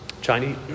Chinese